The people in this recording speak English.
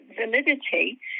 validity